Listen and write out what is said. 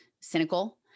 cynical